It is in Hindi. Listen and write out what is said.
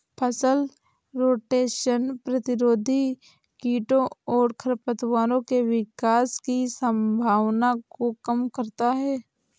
फसल रोटेशन प्रतिरोधी कीटों और खरपतवारों के विकास की संभावना को कम करता है